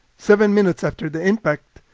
seven minutes after the impact,